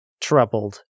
troubled